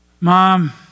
Mom